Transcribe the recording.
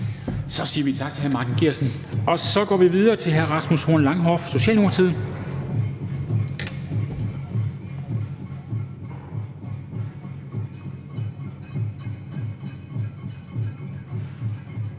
Så siger vi tak til hr. Martin Geertsen. Og så går vi videre til hr. Rasmus Horn Langhoff, Socialdemokratiet.